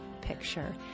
picture